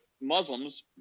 Muslims